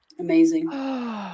Amazing